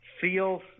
feels